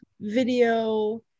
video